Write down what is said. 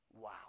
Wow